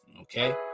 Okay